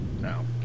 no